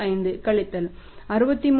05 கழித்தல் 63